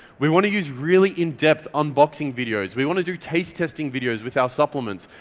we want to use really in-depth unboxing videos. we want to do taste-testing videos with our supplements,